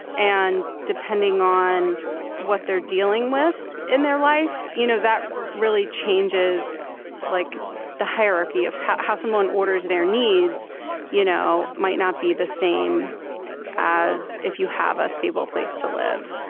and depending on what they're dealing with in their life you know that really changes like the hierarchy of how how someone orders their needs you know might not be the same as if you have a stable place to live.